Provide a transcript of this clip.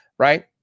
Right